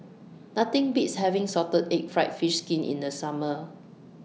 Nothing Beats having Salted Egg Fried Fish Skin in The Summer